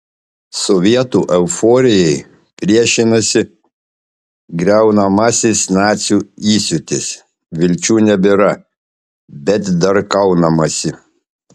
sovietų euforijai priešinasi griaunamasis nacių įsiūtis vilčių nebėra bet dar kaunamasi